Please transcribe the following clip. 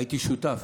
הייתי שותף